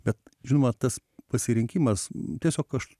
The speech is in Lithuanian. bet žinoma tas pasirinkimas tiesiog aš